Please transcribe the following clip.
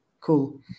Cool